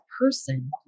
person